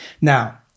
Now